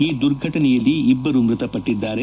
ಈ ದುರ್ಘಟನೆಯಲ್ಲಿ ಇಬ್ಲರು ಮೃತಪಟ್ಲದ್ದಾರೆ